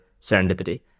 serendipity